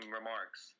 remarks